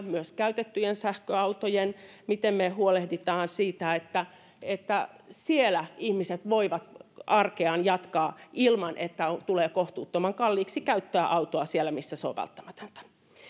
myös käytettyjen sähköautojen markkinoille pääsyä ja miten me huolehdimme siitä että että siellä ihmiset voivat arkeaan jatkaa ilman että tulee kohtuuttoman kalliiksi käyttää autoa siellä missä se on välttämätöntä